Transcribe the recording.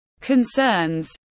concerns